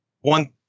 one